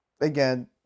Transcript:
again